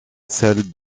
celle